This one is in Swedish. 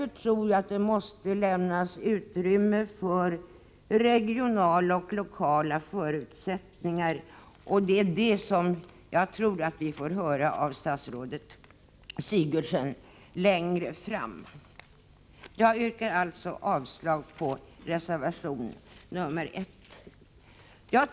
Jag tror därför att det måste lämnas utrymme för hänsynstagande till regionala och lokala förutsättningar, och jag tror att vi kommer att få höra om detta av statsrådet Sigurdsen längre fram. Jag yrkar avslag på reservation nr 1.